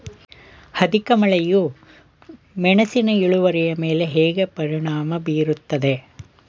ಅಧಿಕ ಮಳೆಯು ಮೆಣಸಿನ ಇಳುವರಿಯ ಮೇಲೆ ಹೇಗೆ ಪರಿಣಾಮ ಬೀರುತ್ತದೆ?